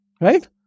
Right